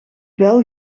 bel